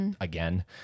again